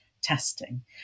testing